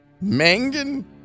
Mangan